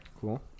Cool